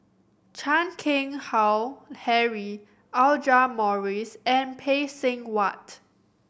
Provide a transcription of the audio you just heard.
Chan Keng Howe Harry Audra Morrice and Phay Seng Whatt